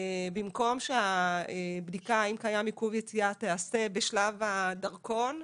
במקום שהבדיקה אם קיים עיכוב יציאה תעשה בשלב הדרכון,